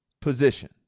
position